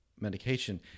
medication